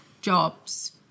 jobs